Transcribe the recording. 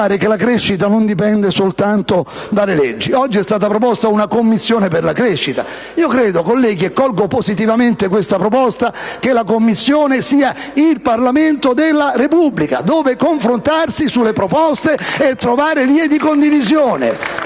la crescita non dipende soltanto dalle leggi. Oggi è stata proposta una commissione per la crescita: io credo, colleghi, cogliendo positivamente questa proposta, che la commissione sia il Parlamento della Repubblica, dove confrontarsi sulle proposte e trovare vie di condivisione!